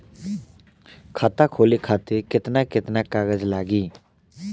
खाता खोले खातिर केतना केतना कागज लागी?